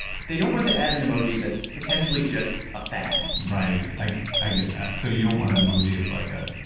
they don't want to add an emoji that's potentially just a fad right, i i get that. so you don't want an emoji of like a,